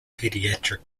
pediatric